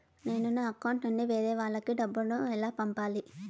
నేను నా అకౌంట్ నుండి వేరే వాళ్ళకి డబ్బును ఎలా పంపాలి?